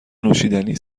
نوشیدنی